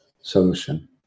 solution